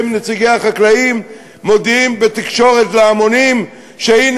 עם נציגי החקלאים מודיעים בתקשורת להמונים שהנה,